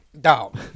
dog